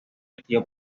castillo